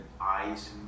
ice